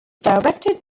directed